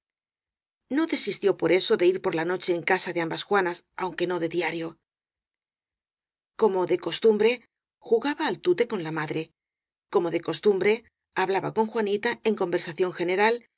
no desistió por eso de ir por la noche en casa de ambas juanas aunque no de diario como de costumbre jugaba al tute con la ma dre como de costumbre hablaba con juanita en conversación general